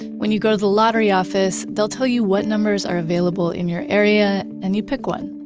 when you go to the lottery office, they'll tell you what numbers are available in your area and you pick one.